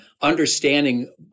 understanding